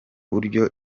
buryo